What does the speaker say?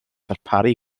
ddarparu